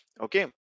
okay